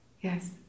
Yes